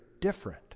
different